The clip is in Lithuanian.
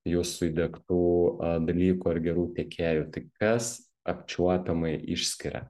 jūsų įdiegtų dalykų ar gerų tiekėjų tai kas apčiuopiamai išskiria